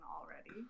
already